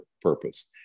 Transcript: purpose